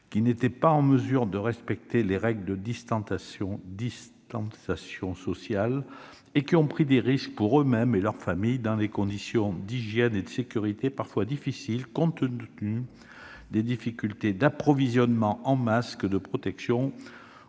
qui n'étaient pas en mesure de respecter les règles de distanciation sociale. Ces personnes ont pris des risques, pour elles-mêmes et pour leurs familles, dans des conditions d'hygiène et de sécurité parfois difficiles, compte tenu des difficultés d'approvisionnement en masques de protection